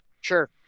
sure